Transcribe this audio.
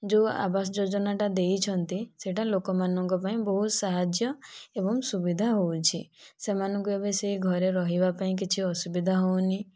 ଯେଉଁ ଆବାସ ଯୋଜନା ଟା ଦେଇଛନ୍ତି ସେଇଟା ଲୋକ ମାନଙ୍କ ପାଇଁ ବହୁତ ସାହାଯ୍ୟ ଏବଂ ସୁବିଧା ହେଉଛି ସେମାନଙ୍କୁ ଏବେ ସେ ଘରେ ରହିବା ପାଇଁ କିଛି ଅସୁବିଧା ହେଉନି